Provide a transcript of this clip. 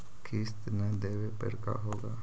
किस्त न देबे पर का होगा?